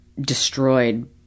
destroyed